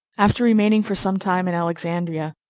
after remaining for some time in alexandria,